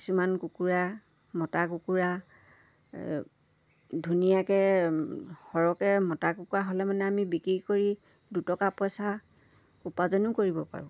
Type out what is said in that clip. কিছুমান কুকুৰা মতা কুকুৰা ধুনীয়াকৈ সৰহকৈ মতা কুকুৰা হ'লে মানে আমি বিক্ৰী কৰি দুটকা পইচা উপাৰ্জনো কৰিব পাৰোঁ